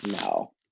No